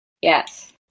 Yes